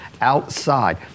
Outside